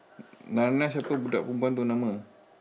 narnia siapa budak perempuan itu siapa nama